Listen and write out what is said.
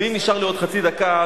ואם נשארה לי עוד חצי דקה,